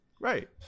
Right